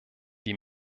die